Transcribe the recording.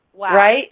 Right